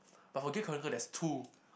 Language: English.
but for gear chronicle there's two